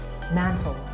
Mantle